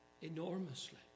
enormously